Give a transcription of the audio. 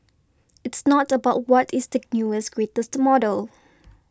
it's not about what is the newest greatest model